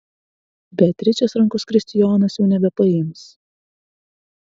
beatričės rankos kristijonas jau nebepaims